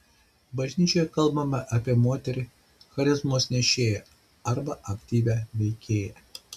bažnyčioje kalbama apie moterį charizmos nešėją arba aktyvią veikėją